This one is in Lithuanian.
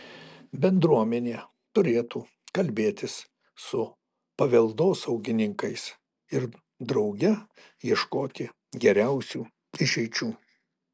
bendruomenė turėtų kalbėtis su paveldosaugininkais ir drauge ieškoti geriausių išeičių